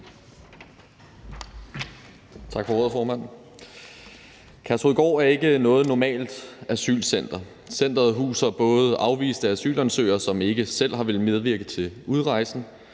Tak for ordet, formand. Kærshovedgård er ikke noget normalt asylcenter. Centeret huser både afviste asylansøgere, som ikke selv har villet medvirke til udrejsen,